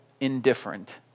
indifferent